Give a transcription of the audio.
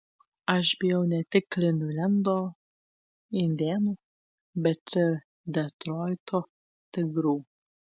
aš bijau ne tik klivlendo indėnų bet ir detroito tigrų